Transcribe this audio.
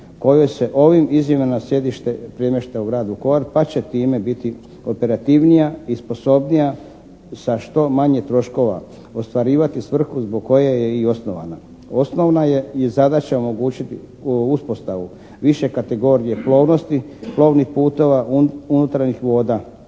kojom se ovim izmjenama središte premješta u rad …/Govornik se ne razumije./… pa će time biti operativnija i sposobnija sa što manje troškova ostvarivati svrhu zbog koje je i osnovana. Osnovna je i zadaća omogućiti uspostavu više kategorije plovnosti, plovnih putova unutarnjih voda